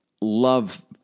love